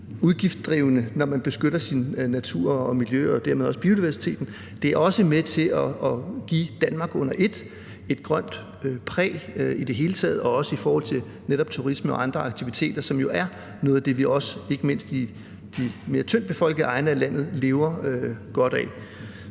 udgiftsdrivende, når man beskytter sin natur og sit miljø og dermed også biodiversiteten, men at det også er med til i det hele taget at give Danmark under ét et grønt præg, også i forhold til netop turisme og andre aktiviteter, som jo er noget af det, vi også, ikke mindst i de mere tyndt befolkede egne af landet, lever godt af.